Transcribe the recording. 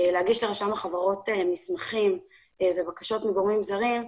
להגיש לרשם החברות מסמכים ובקשות מגורמים זרים,